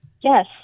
Yes